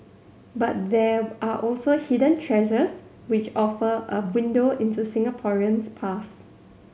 but there are also hidden treasures which offer a window into Singapore's past